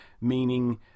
meaning